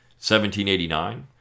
1789